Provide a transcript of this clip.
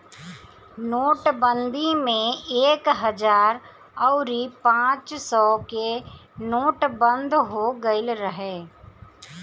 नोटबंदी में एक हजार अउरी पांच सौ के नोट बंद हो गईल रहे